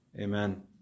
Amen